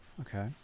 Okay